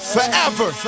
Forever